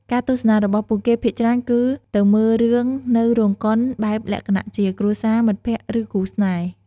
ការទស្សនារបស់ពួកគេភាគច្រើនគឺទៅមើលរឿងនៅរោងកុន បែបលក្ខណៈជា គ្រួសារ មិត្តភក្តិ ឬគូស្នេហ៍ ។